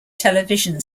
television